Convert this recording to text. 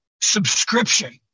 subscription